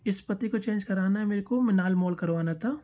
इस पते को चेंज कराना है मेरे को मिनाल मॉल करवाना था